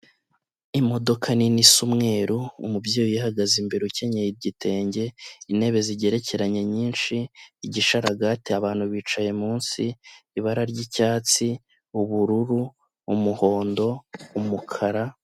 Imodoka nini isa umweru, umubyeyi uhagaze imbere ukenyeye igitenge, intebe zigerekeranye nyinshi, igisharagati abantu bicaye munsi, ibara ry'icyatsi, ubururu, umuhondo, umukara...